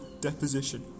deposition